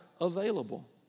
available